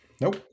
Nope